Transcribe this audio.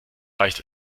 reicht